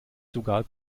sogar